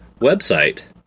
website